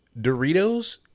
Doritos